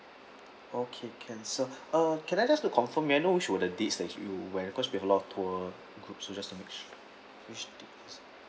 okay can sir uh can I just to confirm may I know which were the dates that you actually went because we have a lot of tour groups so just to make sure which date